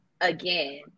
again